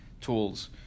tools